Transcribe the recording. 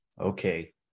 Okay